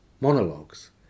monologues